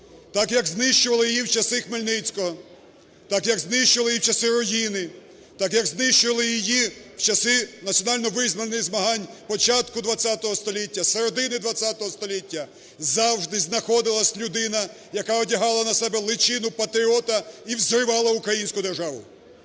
так, як знищували її в часи Хмельницького, так, як знищували її в часи Руїни, так, як знищували її в часи національно-визвольних змагань початку ХХ століття, середини ХХ століття. Завжди знаходилася людина, яка одягала на себе личину патріота і взривала українську державу.